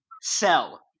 sell